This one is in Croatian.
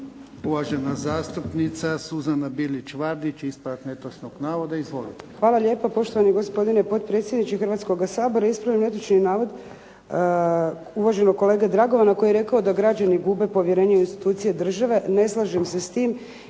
Uvažena zastupnica Suzana Bilić Vardić, ispravak netočnog navoda. Izvolite. **Bilić Vardić, Suzana (HDZ)** Hvala lijepa. Poštovani gospodine potpredsjedniče Hrvatskoga sabora. Ispravila bih netočni navod uvaženog kolege Dragovana koji je rekao da građani gube povjerenje u institucije države. Ne slažem se s tim